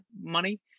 money